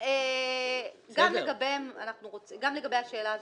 גם לגבי השאלה הזאת,